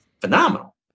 phenomenal